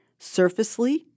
surfacely